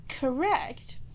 Correct